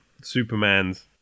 Superman's